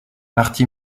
marty